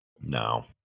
No